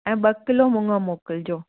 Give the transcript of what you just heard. ऐं ॿ किलो मुंग मोकलजो